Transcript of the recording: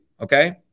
Okay